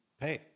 pay